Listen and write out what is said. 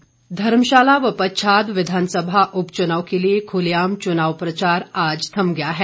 उपुचनाव धर्मशाला व पच्छाद विधानसभा उपचुनाव के लिए खुलेआम चुनाव प्रचार आज थम गया है